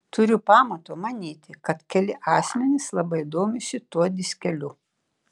turiu pamato manyti kad keli asmenys labai domisi tuo diskeliu